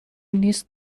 نیست